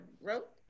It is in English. wrote